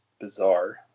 bizarre